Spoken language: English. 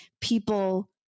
people